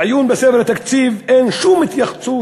בעיון בספר התקציב אין שום התייחסות